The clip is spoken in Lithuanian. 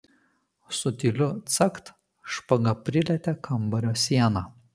su tyliu cakt špaga prilietė kambario sieną